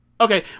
Okay